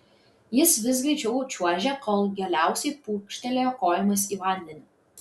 jis vis greičiau čiuožė kol galiausiai pūkštelėjo kojomis į vandenį